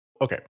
Okay